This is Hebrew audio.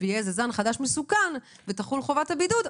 ויהיה איזה זן חדש מסוכן ותחול חובת הבידוד,